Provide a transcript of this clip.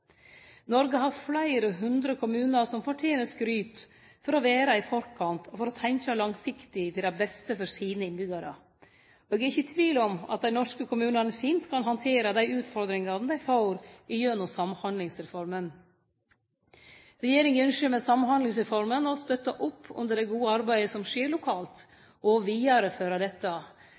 Noreg har fleire hundre kommunar som fortener skryt for å vere i forkant og for å tenkje langsiktig og til det beste for sine innbyggjarar. Eg er ikkje i tvil om at dei norske kommunane fint kan handtere dei utfordringane dei får gjennom Samhandlingsreforma. Regjeringa ynskjer med Samhandlingsreforma å støtte opp under det gode arbeidet som skjer lokalt, og vidareføre dette.